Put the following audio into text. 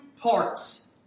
parts